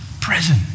Prison